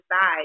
side